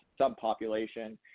subpopulation